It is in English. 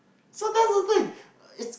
so that's the thing it's